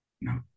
No